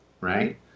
right